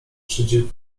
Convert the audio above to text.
szydził